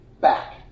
back